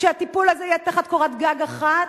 שהטיפול הזה יהיה תחת קורת-גג אחת?